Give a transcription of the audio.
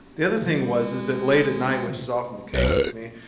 the other thing was, is that late at night, which is often the case with me.